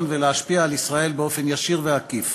ולהשפיע על ישראל באופן ישיר ועקיף.